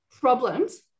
problems